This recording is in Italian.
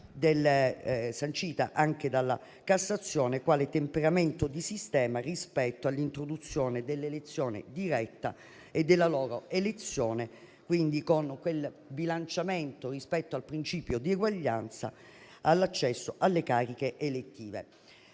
sancita anche dalla Cassazione, quale temperamento di sistema rispetto all'introduzione dell'elezione diretta e della loro elezione; quindi, con quel bilanciamento rispetto al principio di eguaglianza all'accesso alle cariche elettive.